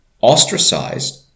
ostracized